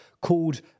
called